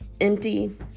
empty